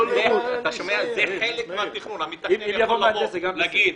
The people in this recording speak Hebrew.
המתכנן יכול להגיד: